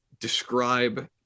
describe